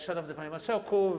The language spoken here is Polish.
Szanowny Panie Marszałku!